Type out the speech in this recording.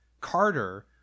Carter